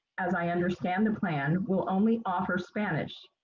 as i understand the plan, will only offer spanish.